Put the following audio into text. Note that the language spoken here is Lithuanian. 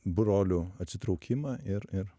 brolių atsitraukimą ir ir